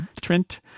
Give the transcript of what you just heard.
Trent